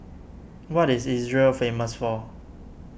what is Israel famous for